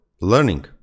learning